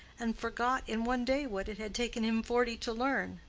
and forgot in one day what it had taken him forty to learn.